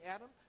Adam